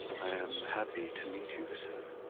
i am happy to meet you, sir.